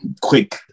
quick